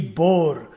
bore